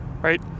right